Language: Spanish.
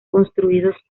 construidos